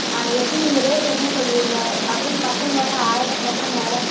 ஆ எப்படி நீங்கள் ரேட் என்ன சொல்லுவீங்க அதுவும் பசங்கள் வேறு ஆயிரம் பசங்க